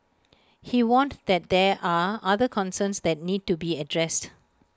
he warned that there are other concerns that need to be addressed